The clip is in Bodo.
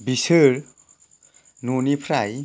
बिसोर न'निफ्राय